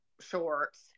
shorts